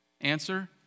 Answer